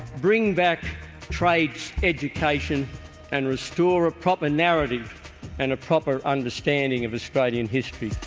bring back trades education and restore a proper narrative and a proper understanding of australian history